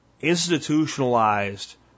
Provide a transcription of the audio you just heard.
institutionalized